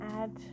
add